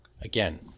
Again